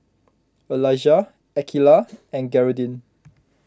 Elijah Akeelah and Gearldine